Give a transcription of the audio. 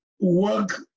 work